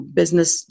business